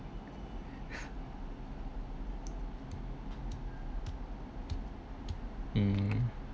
mm